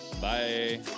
Bye